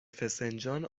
فسنجان